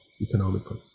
economically